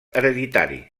hereditari